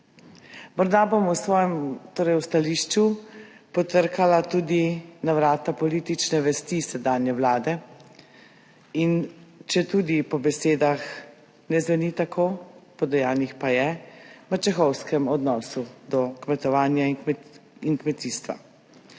Morda bom v svojem, torej, v stališču potrkala tudi na vrata politične vesti sedanje Vlade in četudi po besedah ne zveni tako, po dejanjih pa je v mačehovskem odnosu do kmetovanja in kmetijstva.